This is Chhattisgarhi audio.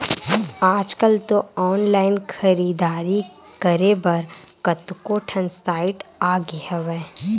आजकल तो ऑनलाइन खरीदारी करे बर कतको ठन साइट आगे हवय